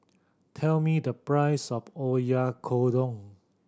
tell me the price of Oyakodon